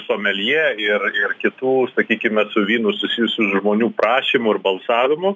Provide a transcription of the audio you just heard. someljė ir ir kitų sakykime su vynu susijusių žmonių prašymų ir balsavimų